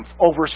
over